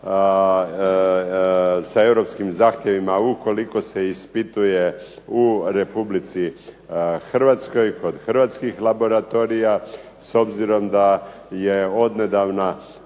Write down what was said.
sa europskim zahtjevima ukoliko se ispituje u Republici Hrvatskoj, kod Hrvatskih laboratorija s obzirom da je odnedavna